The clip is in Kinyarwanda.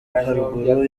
haruguru